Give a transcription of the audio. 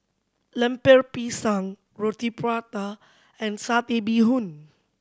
Lemper Pisang Roti Prata and Satay Bee Hoon